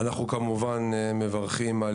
אנחנו מברכים,